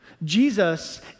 Jesus